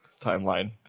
timeline